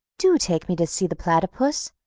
do take me to see the platypus!